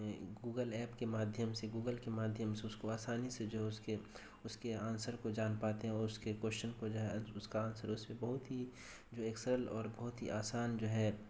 Google app کے مادھیم سے گوگل کے مادھیم سے اس کو آسانی سے جو اس کے اس کے آنسر کو جان پاتے ہیں اور اس کے کوئشچن کو جو ہے اس کا آنسر اس پہ بہت ہی جو ایک سرل اور بہت ہی آسان جو ہے